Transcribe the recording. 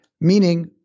Meaning